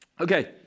Okay